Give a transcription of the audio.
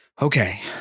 Okay